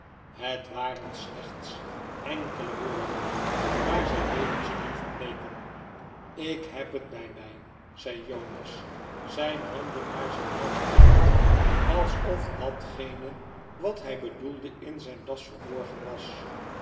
het waren slechts enkele woor j den maar zij deden slyme verbleeken ik heb het bij mij zei jonas zijn handen naar zijn hals brengend alsof datgene wat hij bedoelde in zijn das verborgen was